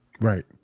Right